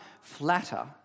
flatter